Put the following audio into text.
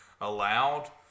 allowed